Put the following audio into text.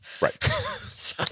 Right